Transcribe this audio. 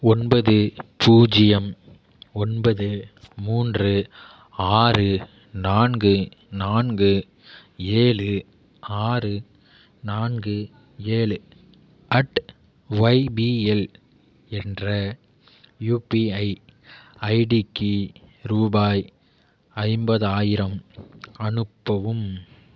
ஒன்பது பூஜ்யம் ஒன்பது மூன்று ஆறு நான்கு நான்கு ஏழு ஆறு நான்கு ஏழு அட் ஒய்பிஎல் என்ற யுபிஐ ஐடிக்கு ரூபாய் ஐம்பதாயிரம் அனுப்பவும்